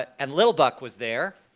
and lil buck was there,